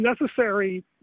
necessary